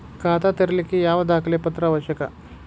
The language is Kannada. ಖಾತಾ ತೆರಿಲಿಕ್ಕೆ ಯಾವ ದಾಖಲೆ ಪತ್ರ ಅವಶ್ಯಕ?